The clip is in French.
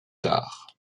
tard